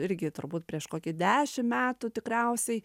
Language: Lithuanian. irgi turbūt prieš kokį dešim metų tikriausiai